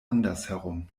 andersherum